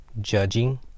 judging